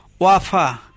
Wafa